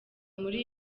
muri